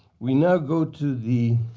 we now go to the